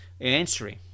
answering